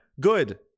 good